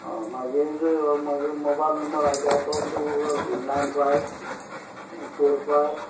आ मागीर मागे mobile number आसा तोच Google Pay nine five four five